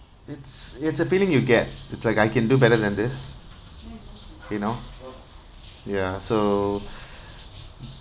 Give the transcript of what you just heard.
it's it's a feeling you get it's like I can do better than this you know ya so